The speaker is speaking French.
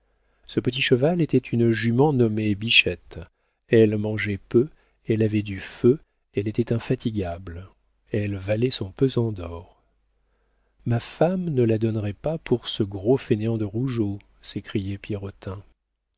ce petit cheval était une jument nommée bichette elle mangeait peu elle avait du feu elle était infatigable elle valait son pesant d'or ma femme ne la donnerait pas pour ce gros fainéant de rougeot s'écriait pierrotin